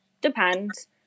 depends